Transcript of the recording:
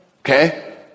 Okay